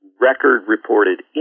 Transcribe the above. record-reported